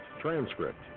transcript